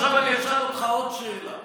עכשיו אני אשאל אותך עוד שאלה: